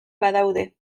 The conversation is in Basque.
badaude